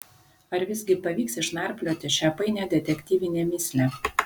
ar visgi pavyks išnarplioti šią painią detektyvinę mįslę